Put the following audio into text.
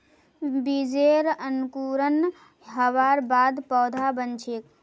बीजेर अंकुरण हबार बाद पौधा बन छेक